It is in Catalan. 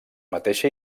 mateixa